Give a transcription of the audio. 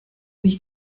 nicht